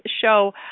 show